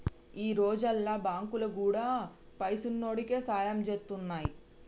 ఈ రోజుల్ల బాంకులు గూడా పైసున్నోడికే సాయం జేత్తున్నయ్